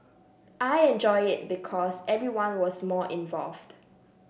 I enjoyed it because everyone was more involved